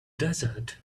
desert